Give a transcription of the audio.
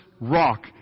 rock